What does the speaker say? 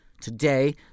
today